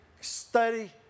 study